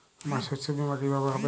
আমার শস্য বীমা কিভাবে হবে?